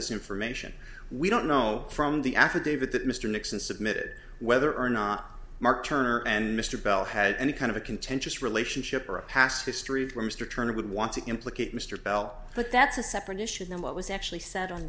this information we don't know from the affidavit that mr nixon submitted whether or not mark turner and mr bell had any kind of a contentious relationship or a past history where mr turner would want to implicate mr bell but that's a separate issue than what was actually said on